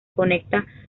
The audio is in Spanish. conecta